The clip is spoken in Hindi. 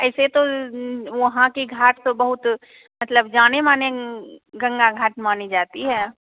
ऐसे तो वहाँ का घाट तो बहुत मतलब जाना माना गंगा घाट माना जाता है